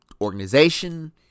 organization